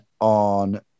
on